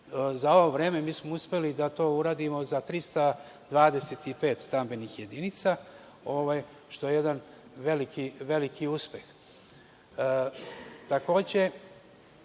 Za ovo vreme, mi smo uspeli to da uradimo za 325 stambenih jedinica, što je jedan veliki uspeh. Takođe,